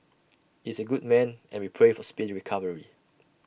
is A good man and we pray for speedy recovery